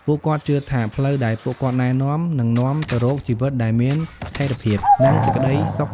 ពួកគាត់ជឿថាផ្លូវដែលពួកគាត់ណែនាំ នឹងនាំទៅរកជីវិតដែលមានស្ថិរភាព និងសេចក្តីសុខ។